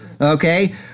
okay